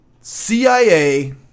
CIA